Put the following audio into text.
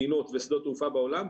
מדינות ושדות תעופה בעולם,